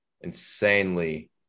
insanely